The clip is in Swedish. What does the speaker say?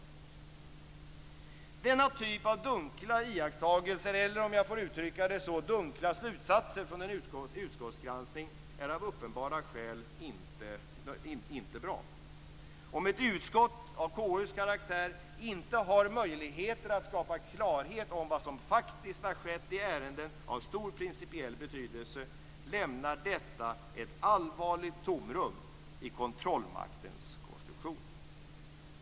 Denna typ av dunkla iakttagelser eller, om jag får uttrycka det så, dunkla slutsatser från en utskottsgranskning är av uppenbara skäl inte bra. Om ett utskott av KU:s karaktär inte har möjligheter att skapa klarhet om vad som faktiskt har skett i ärenden av stor principiell betydelse lämnar detta ett allvarligt tomrum i kontrollmaktens konstruktion.